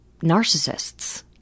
narcissists